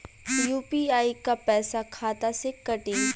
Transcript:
UPI क पैसा खाता से कटी?